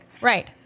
Right